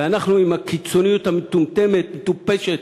ואנחנו, עם הקיצוניות המטומטמת, המטופשת,